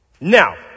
Now